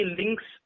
links